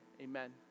amen